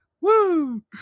Woo